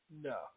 No